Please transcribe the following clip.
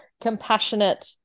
compassionate